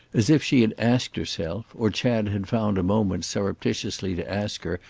as if she had asked herself, or chad had found a moment surreptitiously to ask her,